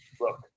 look